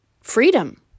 freedom